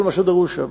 כל מה שדרוש שם.